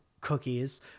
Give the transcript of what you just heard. cookies